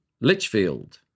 Litchfield